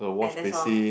and that's all